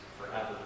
forever